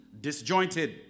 disjointed